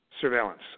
surveillance